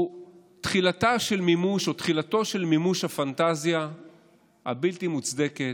הוא תחילתו של מימוש הפנטזיה הבלתי-מוצדקת,